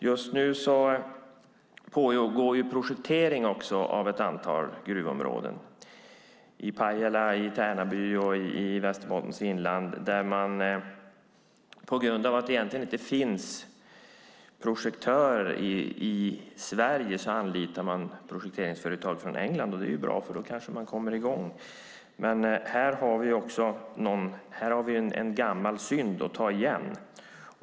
Just nu pågår projektering av ett antal gruvområden, i Pajala, Tärnaby och Västerbottens inland, där man på grund av att det egentligen inte finns projektörer i Sverige anlitar projekteringsföretag från England. Det är bra, för då kanske man kommer i gång. Men här har vi en gammal synd att ta igen.